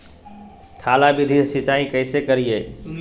थाला विधि से सिंचाई कैसे करीये?